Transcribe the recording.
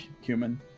human